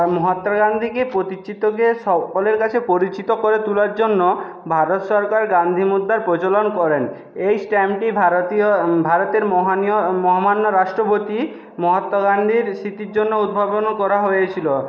মহাত্মা গান্ধীকে সকলের কাছে পরিচিত করে তোলার জন্য ভারত সরকার গান্ধী মুদ্রার প্রচলন করেন এই স্ট্যাম্পটি ভারতীয় ভারতের মহানীয় মহামান্য রাষ্ট্রপতি মহাত্মা গান্ধীর স্মৃতির জন্য উদ্ভাবনও করা হয়েছিলো